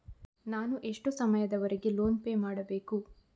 ನಾನು ಎಷ್ಟು ಸಮಯದವರೆಗೆ ಲೋನ್ ಪೇ ಮಾಡಬೇಕು?